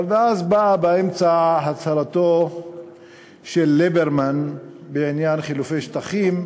אבל אז באה באמצע הצהרתו של ליברמן בעניין חילופי שטחים,